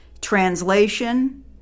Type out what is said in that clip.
Translation